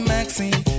Maxine